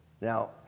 Now